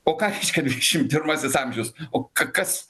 o ką reiškia dvidešimt pirmasis amžius o kas